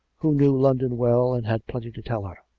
who knew london well, and had plenty to tell her.